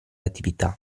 attività